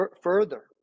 Further